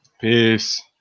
Peace